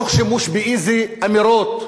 תוך שימוש באיזה אמירות?